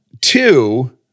two